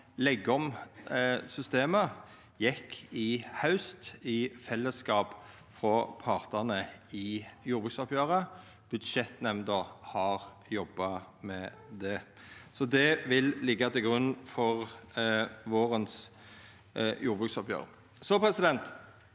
leggja om systemet gjekk i haust, i fellesskap, frå partane i jordbruksoppgjeret. Budsjettnemnda har jobba med det. Så det vil liggja til grunn for vårens jordbruksoppgjer. Eg har ein